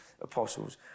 apostles